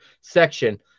section